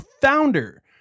founder